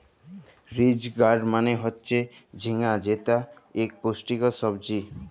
ridge gourd মালে হচ্যে ঝিঙ্গা যেটি ইক পুষ্টিকর সবজি